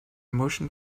motion